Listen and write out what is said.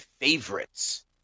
favorites